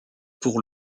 pour